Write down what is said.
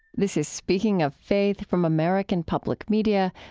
this is speaking of faith from american public media.